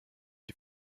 die